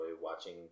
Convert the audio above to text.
watching